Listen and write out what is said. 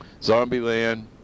Zombieland